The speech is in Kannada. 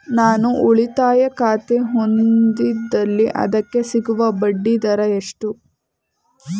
ನಾನು ಉಳಿತಾಯ ಖಾತೆ ಹೊಂದಿದ್ದಲ್ಲಿ ಅದಕ್ಕೆ ಸಿಗುವ ಬಡ್ಡಿ ದರ ಎಷ್ಟು?